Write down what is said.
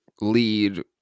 lead